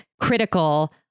critical